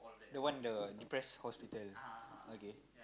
the one the depressed hospital okay